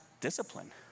discipline